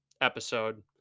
episode